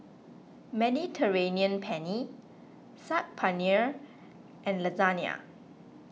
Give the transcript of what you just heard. Mediterranean Penne Saag Paneer and Lasagne